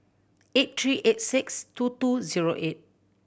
eight three eight six two two zero eight